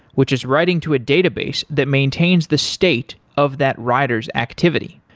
which is writing to a database that maintains the state of that rider s activity.